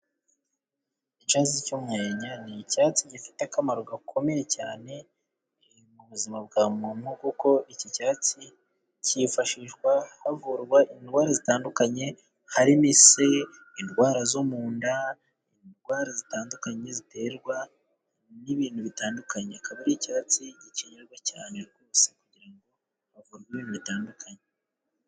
Icyatsi cy'umwenya ni icyatsi gifite akamaro gakomeye cyane mu buzima bwa muntu, kuko iki cyatsi kifashishwa havurwa indwara zitandukanye, harimo ise, indwara zo mu nda, indwara zitandukanye ziterwa n'ibintu bitandukanye. Akaba ari icyatsi gikenerwa cyane rwose kugira ngo havurwe ibintu bitandukanye.